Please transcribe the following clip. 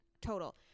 Total